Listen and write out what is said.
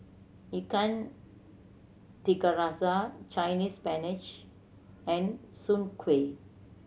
Ikan Tiga Rasa Chinese Spinach and Soon Kueh